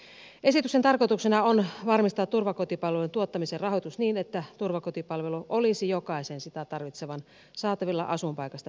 esityksen tarkoituksena on varmistaa turvakotipalvelujen tuottamisen rahoitus niin että turvakotipalvelu olisi jokaisen sitä tarvitsevan saatavilla asuinpaikasta riippumatta